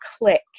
click